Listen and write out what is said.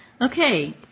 Okay